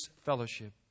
fellowship